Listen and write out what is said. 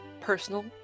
personal